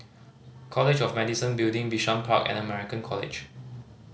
College of Medicine Building Bishan Park and American College